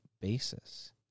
basis